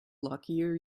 luckier